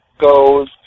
goes